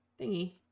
thingy